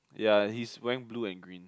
ya he is wearing blue and green